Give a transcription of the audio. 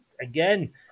Again